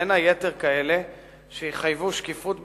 בין היתר כאלה שיחייבו שקיפות בהסכמים,